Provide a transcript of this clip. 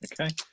Okay